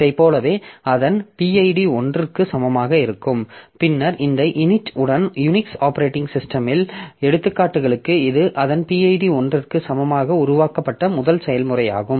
இதைப் போலவே அதன் பிட் 1 க்கு சமமாக இருக்கும் பின்னர் இந்த init உடன் யுனிக்ஸ் ஆப்பரேட்டிங் சிஸ்டமில் எடுத்துக்காட்டுகளுக்கு இது அதன் பிட் 1 க்கு சமமாக உருவாக்கப்பட்ட முதல் செயல்முறையாகும்